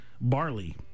barley